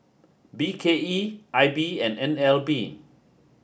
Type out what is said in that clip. B K E I B and N L B